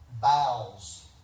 bowels